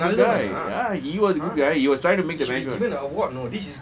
ya this guy ya he was a good guy he was trying to make the marriage work